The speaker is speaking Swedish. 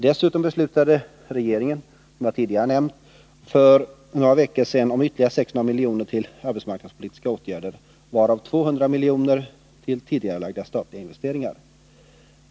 Dessutom beslutade regeringen, som jag tidigare nämnt, för några veckor sedan om ytterligare 600 milj.kr. till arbetsmarknadspolitiska åtgärder, varav 200 milj.kr. till tidigarelagda statliga investeringar.